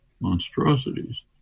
monstrosities